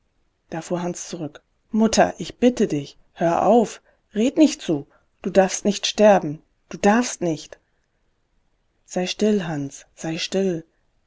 da fuhr hans zurück mutter ich bitte dich hör auf red nicht so du darfst nicht sterben du darfst nicht sei still hans sei still